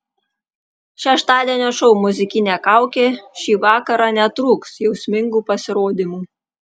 šeštadienio šou muzikinė kaukė šį vakarą netrūks jausmingų pasirodymų